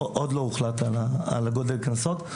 עוד לא הוחלט על גודל הקנסות.